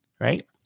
right